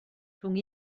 rhwng